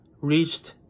reached